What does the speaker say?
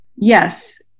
Yes